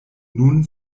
nun